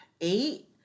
eight